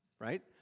right